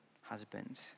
husband